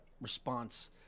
response